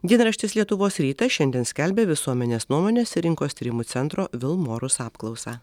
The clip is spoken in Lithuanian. dienraštis lietuvos rytas šiandien skelbia visuomenės nuomonės ir rinkos tyrimų centro vilmorus apklausą